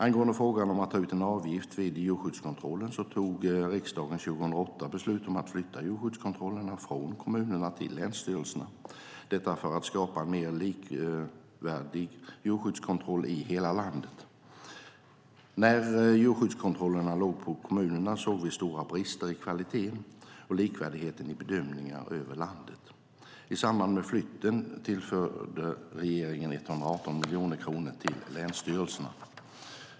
Angående frågan om att ta ut en avgift vid djurskyddskontrollen tog riksdagen 2008 beslut om att flytta djurskyddskontrollerna från kommunerna till länsstyrelserna - detta för att skapa en mer likvärdig djurskyddskontroll i hela landet. När djurskyddskontrollerna låg på kommunerna såg vi stora brister i kvaliteten och likvärdigheten i bedömningar över landet. I samband med flytten tillförde regeringen 118 miljoner kronor till länsstyrelserna.